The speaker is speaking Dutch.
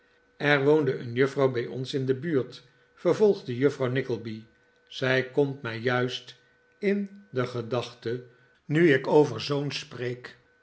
er woonde een juffrouw bij ons in de buurt vervolgde juffrouw nickleby zij komt mij juist in de gedachten nu ik over zoons spreek